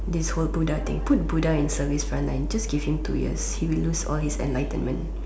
this whole Buddha thing put Buddha in service front line just give Buddha two years he would lose all his enlightenment